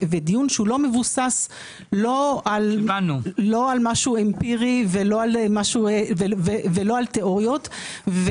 דיון שהוא מבוסס לא על משהו אמפירי ולא על תיאוריות.